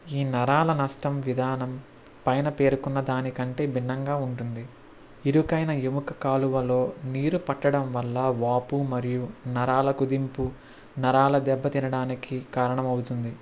ఈ నరాల నష్టం విధానం పైన పేర్కొన్న దానికంటే భిన్నంగా ఉంటుంది ఇరుకైన ఎముక కాలువలో నీరు పట్టడంవల్ల వాపు మరియు నరాల కుదింపు నరాల దెబ్బతినడానికి కారణమవుతుంది